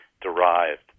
derived